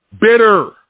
Bitter